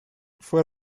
fue